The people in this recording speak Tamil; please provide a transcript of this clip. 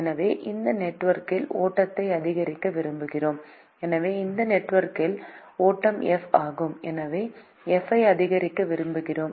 எனவே இந்த நெட்வொர்க்கில் ஓட்டத்தை அதிகரிக்க விரும்புகிறோம் எனவே இந்த நெட்வொர்க்கில் ஓட்டம் f ஆகும் எனவே f ஐ அதிகரிக்க விரும்புகிறோம்